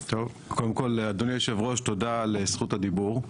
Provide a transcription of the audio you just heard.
קודם כל, אדוני היושב ראש, תודה על זכות הדיבור.